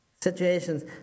situations